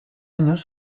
años